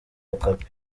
okapi